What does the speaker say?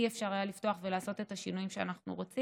לא היה אפשר לפתוח ולעשות את השינויים שאנחנו רוצים.